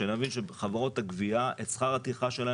שנבין שחברות הגבייה את שכר הטרחה שלהן